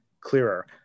clearer